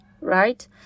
right